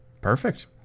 Perfect